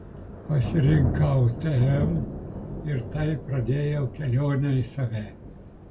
pasirinkau tm ir taip pradėjau kelionę į save